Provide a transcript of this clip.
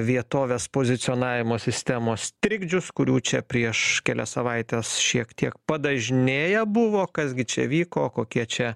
vietovės pozicionavimo sistemos trikdžius kurių čia prieš kelias savaites šiek tiek padažnėję buvo kas gi čia vyko kokie čia